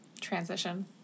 transition